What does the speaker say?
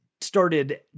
started